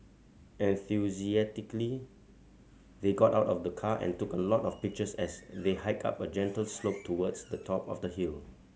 enthusiastically they got out of the car and took a lot of pictures as they hiked up a gentle slope towards the top of the hill